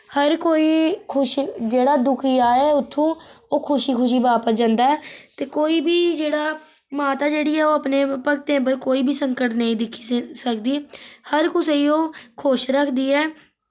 हर कोई खुश जेह्ड़ा दुखी आए उत्थों ओ खुशी खुशी वापस जंदा ऐ ते कोई बी जेह्ड़ा माता जेह्ड़ी ऐ ओह् अपने भक्तें पर कोई बी संकट नेईं दिक्खी सकदी हर कुसे गी ओह खुश रखदी ऐ